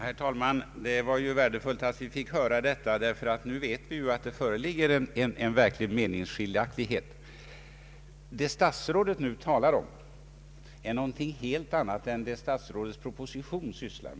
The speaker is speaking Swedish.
Herr talman! Det var värdefullt att vi fick höra detta. Nu vet vi att här föreligger en verklig meningsskiljaktighet. Det statsrådet nu talar om är någonting helt annat än vad statsrådets proposition innehåller.